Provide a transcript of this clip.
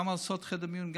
למה לעשות גם חדר מיון?